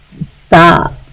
stop